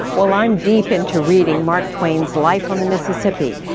well, i'm deep into reading mark twain's life on the mississippi,